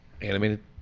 Animated